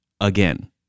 again